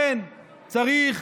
כן, צריך